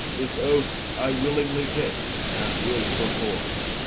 this oath i willingly take, and will performe